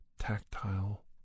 tactile